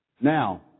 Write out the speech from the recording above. Now